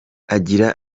agira